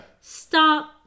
Stop